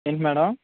ఏంటి మ్యాడం